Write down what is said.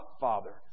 Father